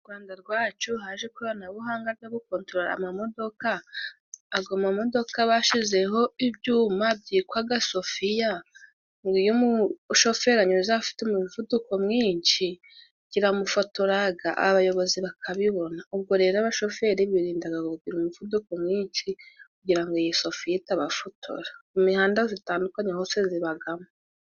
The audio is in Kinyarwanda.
Mu Rwanda rwacu haje ikoranabuhanga ryo gufotora amamodoka. Ago mamodoka bashizeho ibyuma byitwaga sofiya, ngo iyo umushoferi ahanyuze afite umuvuduko mwinshi, kiramufotoraga abayobozi bakabibona. Ubwo rero abashoferi birindaga kugira umuvuduko mwinshi, kugira ngo iyi sofiya itabafotora. Mu mihanda zitandukanye hose zibagamo.